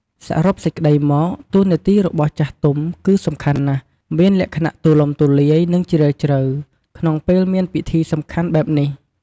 សរុបសេចក្តីមក តួនាទីរបស់ចាស់ទុំគឺសំខាន់ណាស់ មានលក្ខណៈទូលំទូលាយ និងជ្រាលជ្រៅ ក្នុងពេលមានពិធីសំខាន់បែបនេះ។